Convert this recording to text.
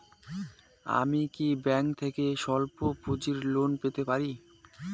আমি কি ব্যাংক থেকে স্বল্প পুঁজির লোন পেতে পারি?